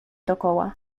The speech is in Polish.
dokoła